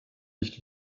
nicht